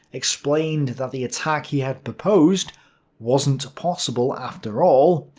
explained that the attack he had proposed wasn't possible after all,